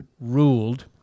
Ruled